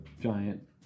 giant